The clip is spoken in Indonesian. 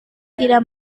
tidak